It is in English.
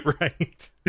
Right